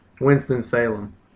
Winston-Salem